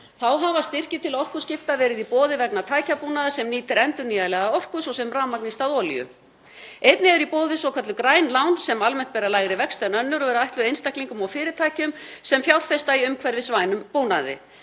Þá hafa styrkir til orkuskipta verið í boði vegna tækjabúnaðar sem nýtir endurnýjanlega orku, svo sem rafmagn í stað olíu. Einnig eru í boði svokölluð græn lán sem almennt bera lægri vexti en önnur og eru ætluð einstaklingum og fyrirtækjum sem fjárfesta í umhverfisvænum búnaði.